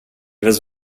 was